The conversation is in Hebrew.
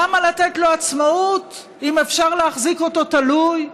למה לתת לו עצמאות אם אפשר להחזיק אותו תלוי?